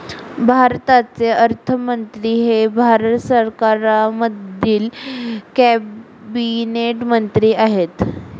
भारताचे अर्थमंत्री हे भारत सरकारमधील कॅबिनेट मंत्री आहेत